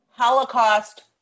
Holocaust